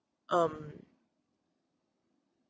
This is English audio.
um